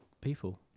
people